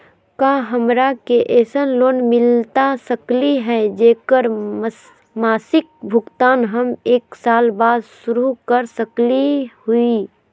का हमरा के ऐसन लोन मिलता सकली है, जेकर मासिक भुगतान हम एक साल बाद शुरू कर सकली हई?